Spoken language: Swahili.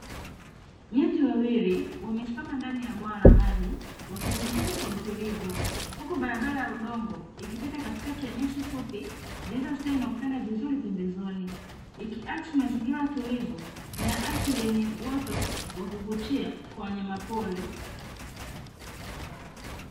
Watu wawili wamesimama ndani ya bwawa la maji wakipumzika kwa utulivu, huku barabara ya udongo ikipita katikati ya nyasi fupi zilizostawi na kutanda vizuri pembezoni, ikiakisi mazingira tulivu na ya asili yenye uoto wa kuvutia kwa wanyama pori.